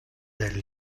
del